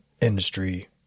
industry